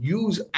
use